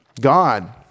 God